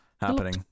happening